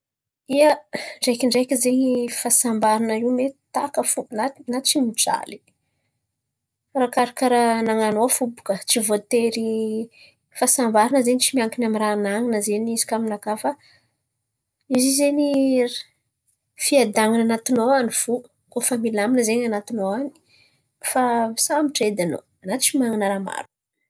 Ia, ndraikindraiky zen̈y fahasambarana io mety taka fo na tsy mijaly. Arakaraka raha anan̈anao fo baka tsy voatery fahasambarana zen̈y tsy miankiny amy raha anan̈ana zen̈y izy kà aminakà fa izy zen̈y fiadanana anatinao an̈y fo. Koa fa milamina zen̈y anatinao any, fa sambatra edy anao na tsy manan̈a raha maro.